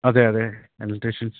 അതേയതേ എലെക്ട്രിഷൻസ്